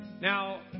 Now